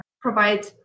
provide